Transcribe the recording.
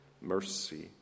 mercy